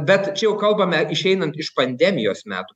bet čia jau kalbame išeinant iš pandemijos metų